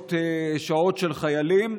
שעות של חיילים,